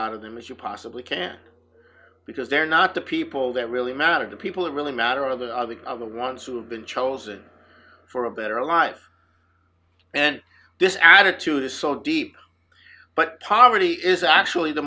out of them as you possibly can because they're not the people that really matter to people that really matter of the of the ones who have been chosen for a better life and this attitude is so deep but poverty is actually the